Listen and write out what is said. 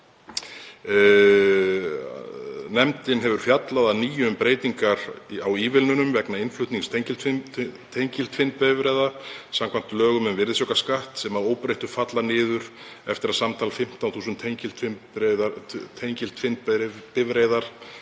„Nefndin hefur fjallað að nýju um breytingar á ívilnunum vegna innflutnings tengiltvinnbifreiða samkvæmt lögum um virðisaukaskatt sem að óbreyttu falla niður eftir að samtals 15.000 tengiltvinnbifreiðar,